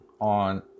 on